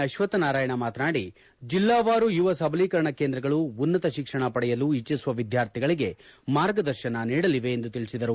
ಅಶ್ವಕ್ಷನಾರಾಯಣ ಮಾತನಾಡಿ ಜಿಲ್ವಾವಾರು ಯುವ ಸಬಲೀಕರಣ ಕೇಂದ್ರಗಳು ಉನ್ನತ ಶಿಕ್ಷಣ ಪಡೆಯಲು ಇಚ್ಛಿಸುವ ವಿದ್ಯಾರ್ಥಿಗಳಿಗೆ ಮಾರ್ಗದರ್ಶನ ನೀಡಲಿವೆ ಎಂದು ತಿಳಿಸಿದರು